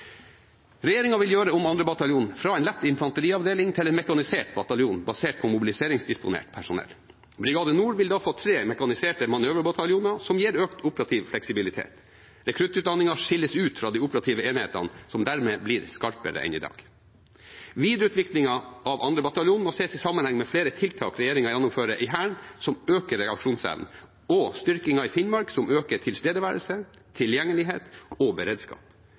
vil gjøre om 2. bataljon fra en lett infanteriavdeling til en mekanisert bataljon basert på mobiliseringsdisponert personell. Brigade Nord vil da få tre mekaniserte manøverbataljoner som gir økt operativ fleksibilitet. Rekruttutdanningen skilles ut fra de operative enhetene, som dermed blir skarpere enn i dag. Viderutviklingen av 2. bataljon må ses i sammenheng med flere tiltak regjeringen gjennomfører i Hæren som øker reaksjonsevnen, og styrkingen i Finnmark, som øker tilstedeværelse, tilgjengelighet og beredskap.